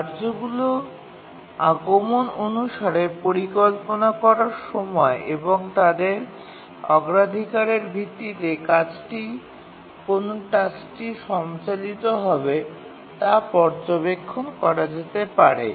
কার্যগুলির আগমন অনুসারে পরিকল্পনা করার সময় এবং তাদের অগ্রাধিকারের ভিত্তিতে কাজটি কোন টাস্কটি সঞ্চালিত হবে তা পর্যবেক্ষণ করা যেতে পারে